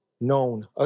known